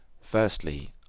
Firstly